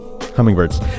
Hummingbirds